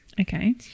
Okay